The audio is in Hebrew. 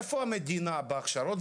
איפה המדינה בהכשרות?